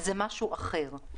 זה משהו אחר.